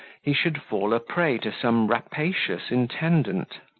he should fall a prey to some rapacious intendant.